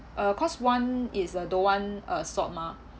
uh cause one is uh don't want uh salt mah